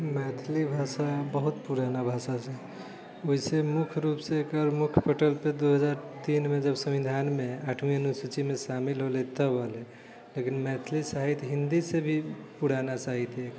मैथिली भाषा बहुत पुराना भाषा छै ओयसँ मुख्य रूपसँ एकर मुख्यपटलपर दू हजार तीनमे संविधानमे आठवीं अनुसूचीमे शामिल होलै तब अलै लेकिन मैथिली साहित्य हिन्दीसँ भी पुराना साहित्य है